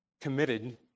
committed